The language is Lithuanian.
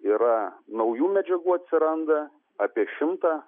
yra naujų medžiagų atsiranda apie šimtą